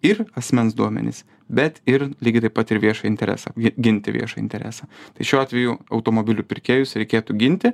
ir asmens duomenis bet ir lygiai taip pat ir viešą interesą ginti viešą interesą šiuo atveju automobilių pirkėjus reikėtų ginti